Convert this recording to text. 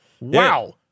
Wow